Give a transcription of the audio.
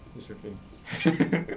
it's okay